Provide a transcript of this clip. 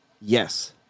Yes